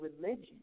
religion